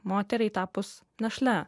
moteriai tapus našle